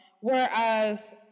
Whereas